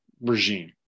regime